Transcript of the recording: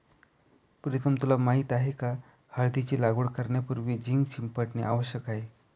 प्रीतम तुला माहित आहे का हळदीची लागवड करण्यापूर्वी झिंक शिंपडणे आवश्यक आहे